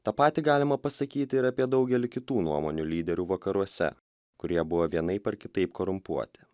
tą patį galima pasakyti ir apie daugelį kitų nuomonių lyderių vakaruose kurie buvo vienaip ar kitaip korumpuoti